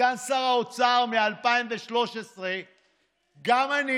כסגן שר האוצר מ-2013 גם אני